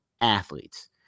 athletes